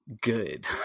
good